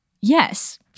yes